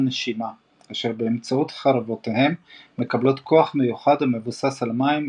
נשימה״ אשר באמצעותו חרבותיהם מקבלות כוח מיוחד המבוסס על מים,